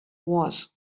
wars